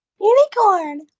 Unicorn